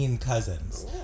Cousins